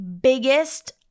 biggest